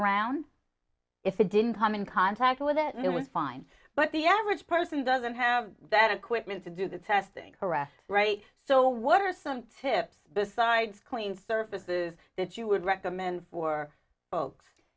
around if it didn't come in contact with that it was fine but the average person doesn't have that equipment to do the testing caressed right so what are some tips besides clean surfaces that you would recommend for folks